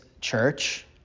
church